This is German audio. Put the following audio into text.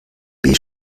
beige